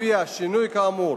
שלפיה שינוי כאמור